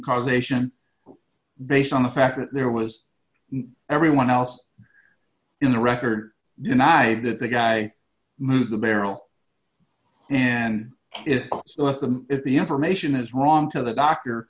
causation based on the fact that there was everyone else in the record deny that the guy moved the barrel and if so if the if the information is wrong to the doctor